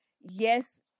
yes